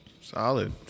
Solid